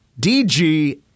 DG